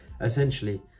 Essentially